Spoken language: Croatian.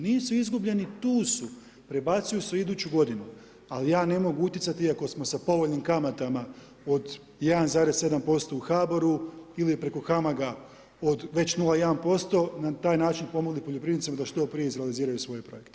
Nisu izgubljeni tu su, prebacuju se u iduću g. Ali ja ne mogu utjecati, iako smo sa povoljnim kamatama od 1,7% u HBOR-u, ili preko HAMAG-a već 0,1% na taj način pomogunuti poljoprivrednicima da što prije izrealiziraju svoje projekte.